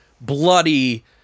bloody